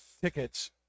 Tickets